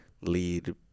lead